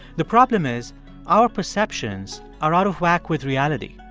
the problem is our perceptions are out of whack with reality.